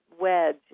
wedge